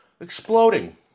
exploding